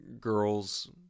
girls